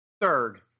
third